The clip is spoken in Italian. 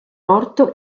orto